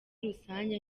rusange